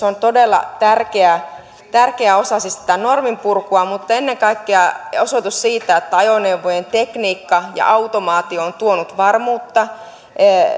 on todella tärkeä tärkeä osa norminpurkua mutta ennen kaikkea osoitus siitä että ajoneuvojen tekniikka ja automaatio ovat tuoneet varmuutta